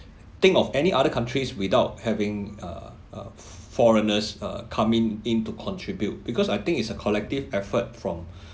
think of any other countries without having uh uh foreigners uh coming in to contribute because I think it's a collective effort from